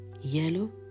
Yellow